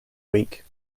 week